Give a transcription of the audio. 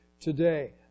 today